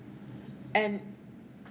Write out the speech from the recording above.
and